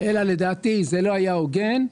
אלא לדעתי זה לא היה הוגן.